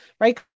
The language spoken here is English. right